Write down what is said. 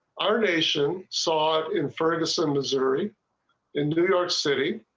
our nation saw in ferguson missouri in new york city.